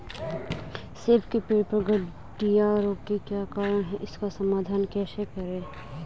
सेब के पेड़ पर गढ़िया रोग के क्या कारण हैं इसका समाधान कैसे करें?